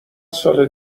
سال